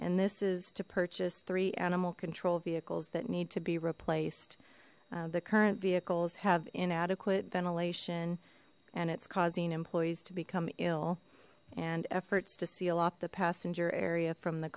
and this is to purchase three animal control vehicles that need to be replaced the current vehicles have inadequate ventilation and it's causing employees to become ill and efforts to seal off the passenger area from the